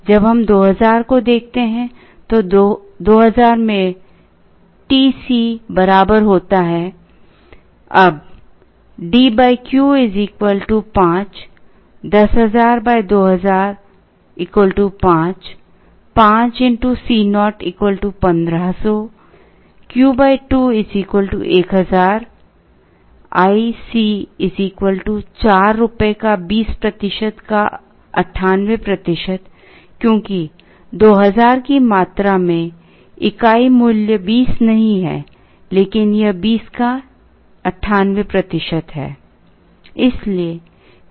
जब हम 2000 को देखते हैं तो 2000 में TC बराबर होता है अब D Q 5 10000 2000 5 5 Co 1500 Q 2 1000 है i C 4 रुपये का 20 प्रतिशत का 98 प्रतिशत क्योंकि 2000 की मात्रा में इकाई मूल्य 20 नहीं है लेकिन यह 20 का 98 प्रतिशत है